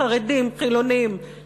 חרדים חילונים,